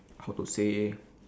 how to say